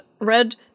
red